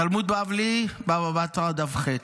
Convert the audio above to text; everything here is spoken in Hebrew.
תלמוד בבלי, בבא בתרא, דף ח':